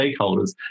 stakeholders